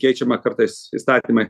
keičiama kartais įstatymai